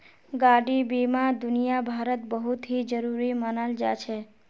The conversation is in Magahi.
गाडी बीमा दुनियाभरत बहुत ही जरूरी मनाल जा छे